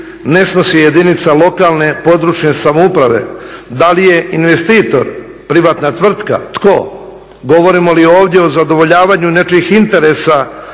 ne snosi jedinca lokalne, područne samouprave da li je investitor privatna tvrtka tko? Govorimo li ovdje o zadovoljavanju nečijih interesa